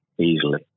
Easily